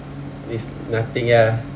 it's nothing ya